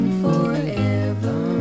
forever